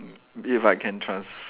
m~ if I can trans~